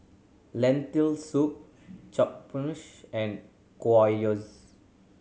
Lentil Soup Japchae and Gyoza